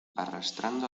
arrastrando